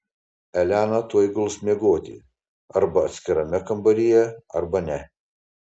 elena tuoj guls miegoti arba atskirame kambaryje arba ne